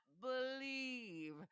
believe